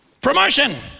promotion